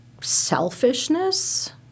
selfishness